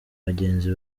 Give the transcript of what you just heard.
bagenzi